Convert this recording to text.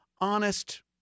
honest